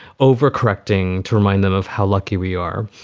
overcorrecting to remind them of how lucky we are,